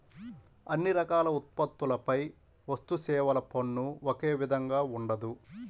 అన్ని రకాల ఉత్పత్తులపై వస్తుసేవల పన్ను ఒకే విధంగా ఉండదు